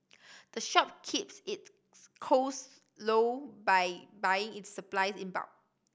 the shop keeps its costs low by buying its supplies in bulk